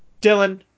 dylan